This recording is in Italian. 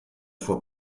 sua